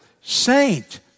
saint